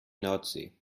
nordsee